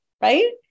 Right